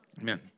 Amen